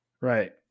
Right